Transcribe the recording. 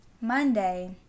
Monday